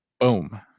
Boom